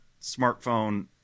smartphone